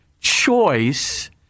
choice